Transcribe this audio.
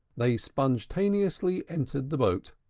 they sponge-taneously entered the boat.